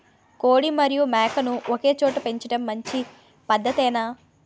కోడి మరియు మేక ను ఒకేచోట పెంచడం మంచి పద్ధతేనా?